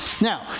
Now